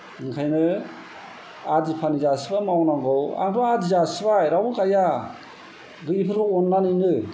ओंखायनो आदि फानि जासिबा मावनांगौ आंथ' आदि जासिबाय रावबो गाया गैयिफोराव अननानैनो